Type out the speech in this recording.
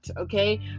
okay